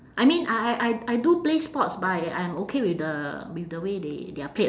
I mean I I I I do play sports but I'm okay with the with the way they they are played